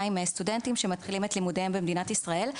סטודנטים שמתחילים את לימודיהם במדינת ישראל.